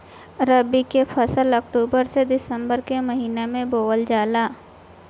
रबी के फसल अक्टूबर से दिसंबर के महिना में बोअल जाला